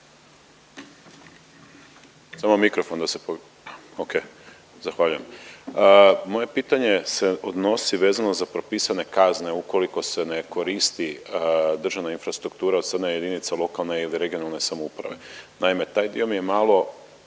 Samo mikrofon da se. O.k. Zahvaljujem. Moje pitanje se odnosi vezano za propisane kazne ukoliko se ne koristi državna infrastruktura od strane jedinice lokalne ili regionalne samouprave. Naime, taj dio mi je malo